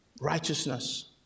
righteousness